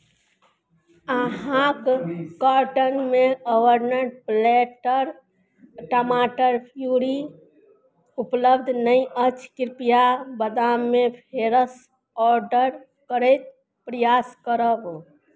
अहाँक कार्टनमे urban platter टमाटर प्यूरी उपलब्ध नहि अछि कृपया बादमे फेरसँ ऑर्डर करयके प्रयास करब